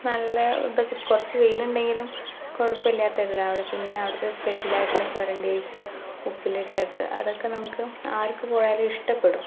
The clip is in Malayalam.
നല്ല ഇതൊക്കെ കുറച്ച് വെയിലുണ്ടെങ്കിലും കുഴപ്പമില്ലാത്തൊരു ഇതാണ് പിന്നെ അവിടുത്തെ സ്പെഷ്യലയിട്ടുള്ള ചൊരണ്ടിസ് ഉപ്പിലിട്ടത് അതക്കെ നമ്മുക്ക് ആർക്കുപോയാലും ഇഷ്ടപ്പെടും